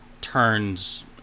turns